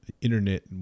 internet